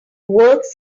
works